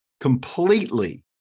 completely